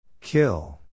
Kill